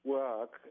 work